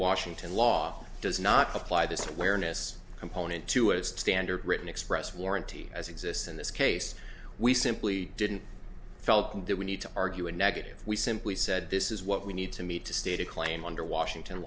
washington law does not apply this awareness component to a standard written express warranty as exists in this case we simply didn't felt that we need to argue a negative we simply said this is what we need to meet to state a claim under washington